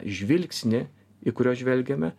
žvilgsnį į kuriuos žvelgiame